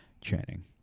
Channing